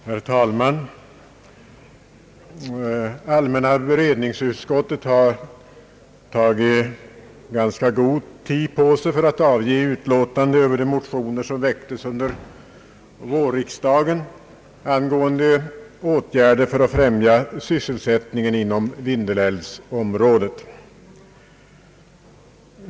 Herr talman! Allmänna beredningsutskottet har tagit god tid på sig för att avge utlåtande över de motioner som väcktes under vårriksdagen angående åtgärder för att främja sysselsättningen inom Vindelälvsområdet.